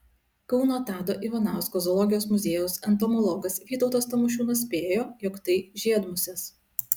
kauno tado ivanausko zoologijos muziejaus entomologas vytautas tamošiūnas spėjo jog tai žiedmusės